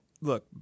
look –